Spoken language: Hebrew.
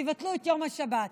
ויבטלו את יום השבת.